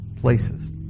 places